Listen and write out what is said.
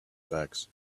backs